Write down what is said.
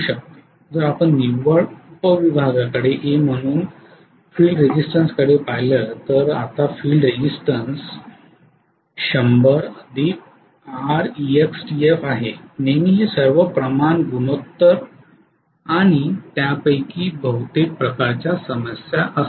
जर आपण निव्वळ उपविभागाकडे A म्हणून फील्ड रेझिस्टन्सकडे पाहिले तर तर आता फील्ड रेझिस्टन्स 100 Rextf आहे नेहमी हे सर्व प्रमाण गुणोत्तर आणि त्यापैकी बहुतेक प्रकारच्या समस्या असतात